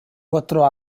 quattro